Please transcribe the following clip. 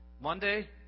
Monday